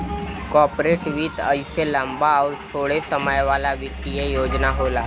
corporate वित्त अइसे लम्बा अउर थोड़े समय वाला वित्तीय योजना होला